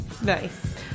Nice